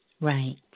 Right